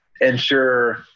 ensure